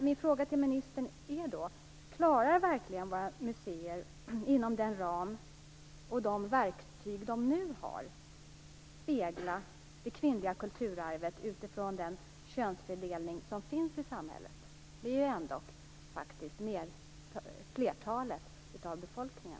Min fråga till ministern är: Klarar verkligen våra museer, inom den ram och med de verktyg de nu har, att spegla det kvinnliga kulturarvet utifrån den könsfördelning som finns i samhället? Vi är faktiskt flertalet av befolkningen.